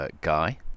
Guy